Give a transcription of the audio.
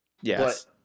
Yes